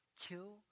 kill